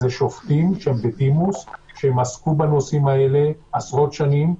זה שופטים בדימוס שעסקו בנושאים האלה עשרות שנים,